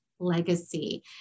legacy